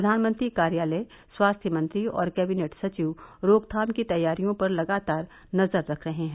प्रधानमंत्री कार्यालय स्वास्थ्य मंत्री और कैबिनेट सचिव रोकथाम की तैयारियों पर लगातार नजर रख रहे हैं